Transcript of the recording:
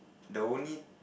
the only